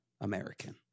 American